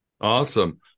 Awesome